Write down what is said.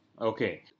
Okay